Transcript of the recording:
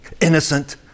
innocent